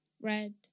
red